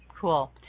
cool